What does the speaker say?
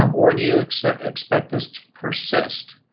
um or do you accept expect this to persist?